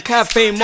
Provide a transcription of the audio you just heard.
Cafe